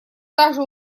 также